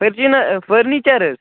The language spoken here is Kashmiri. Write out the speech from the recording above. فٔرچیٖنا فٔرنیٖچَر حظ